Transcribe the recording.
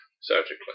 surgically